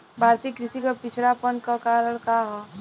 भारतीय कृषि क पिछड़ापन क कारण का ह?